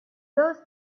those